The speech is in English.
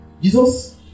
Jesus